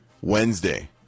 Wednesday